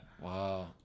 Wow